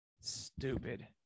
Stupid